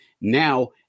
Now